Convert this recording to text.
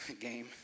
game